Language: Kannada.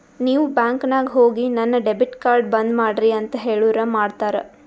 ನೀವ್ ಬ್ಯಾಂಕ್ ನಾಗ್ ಹೋಗಿ ನನ್ ಡೆಬಿಟ್ ಕಾರ್ಡ್ ಬಂದ್ ಮಾಡ್ರಿ ಅಂತ್ ಹೇಳುರ್ ಮಾಡ್ತಾರ